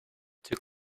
too